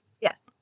Yes